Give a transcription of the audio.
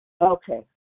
Okay